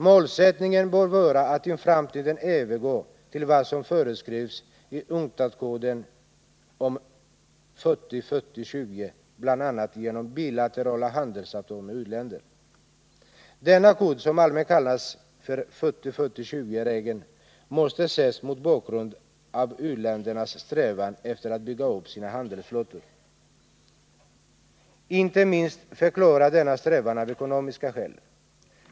Målsättningen bör vara att i framtiden övergå till vad som föreskrivs i UNCTAD-koden om 40-40-20, bl.a. genom bilaterala handelsavtal med u-länder. Denna kod, som allmänt kallas för 40 20-regeln, måste ses mot bakgrund av u-ländernas strävan att bygga upp sina handelsflottor. Inte minst förklaras denna strävan av ekonomiska skäl.